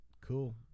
Cool